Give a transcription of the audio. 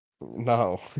No